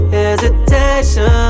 hesitation